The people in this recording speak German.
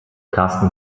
karsten